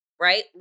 right